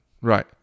Right